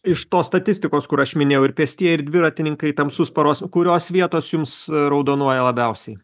iš tos statistikos kur aš minėjau ir pėstieji ir dviratininkai tamsus paros kurios vietos jums raudonuoja labiausiai